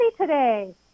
today